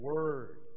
Word